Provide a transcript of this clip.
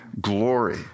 glory